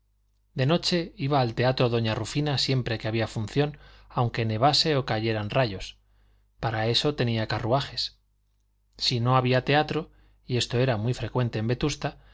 de noche iba al teatro doña rufina siempre que había función aunque nevase o cayeran rayos para eso tenía carruajes si no había teatro y esto era muy frecuente en vetusta